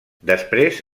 després